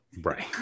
Right